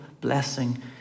blessing